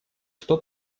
что